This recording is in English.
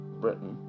Britain